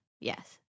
Yes